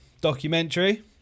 documentary